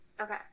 Okay